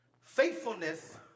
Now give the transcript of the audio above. faithfulness